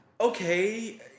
okay